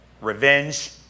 revenge